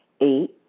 Eight